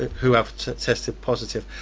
who have tested positive.